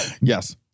Yes